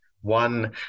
One